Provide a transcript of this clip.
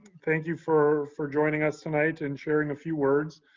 thank you for for joining us tonight and sharing a few words.